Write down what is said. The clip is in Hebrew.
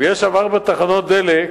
ויש שם ארבע תחנות דלק,